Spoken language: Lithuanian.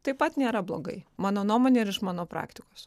taip pat nėra blogai mano nuomone ir iš mano praktikos